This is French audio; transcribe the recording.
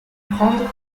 prendre